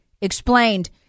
explained